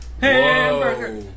Hamburger